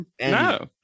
No